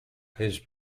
his